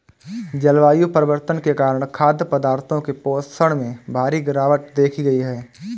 जलवायु परिवर्तन के कारण खाद्य पदार्थों के पोषण में भारी गिरवाट देखी गयी है